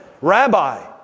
Rabbi